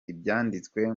ibyanditswe